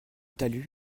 talus